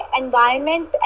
environment